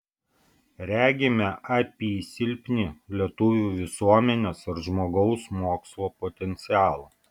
regime apysilpnį lietuvių visuomenės ir žmogaus mokslo potencialą